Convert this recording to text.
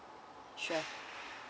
sure